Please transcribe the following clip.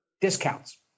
discounts